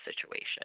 situation